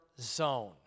zone